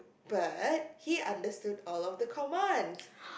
but he understood all of the commands